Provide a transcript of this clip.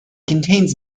contains